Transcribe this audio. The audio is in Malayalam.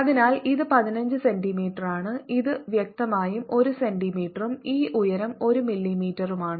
അതിനാൽ ഇത് 15 സെന്റീമീറ്ററാണ് ഇത് വ്യക്തമായും 1 സെന്റീമീറ്ററും ഈ ഉയരം 1 മില്ലിമീറ്ററുമാണ്